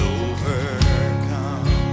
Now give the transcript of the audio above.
overcome